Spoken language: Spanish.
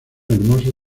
hermoso